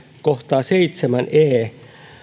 kohtaa seitsemän e